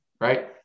right